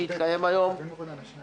שטוב שיזמת היום,